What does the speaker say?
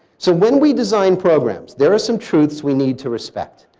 so when we design programs, there are some truths we need to respect.